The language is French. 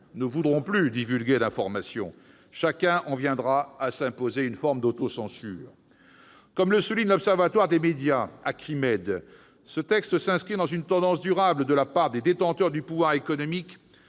n'oseront plus divulguer d'informations et chacun s'imposera l'autocensure. Comme le souligne l'observatoire des médias Acrimed, ce texte s'inscrit dans une tendance durable, de la part des détenteurs du pouvoir économique,